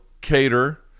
Cater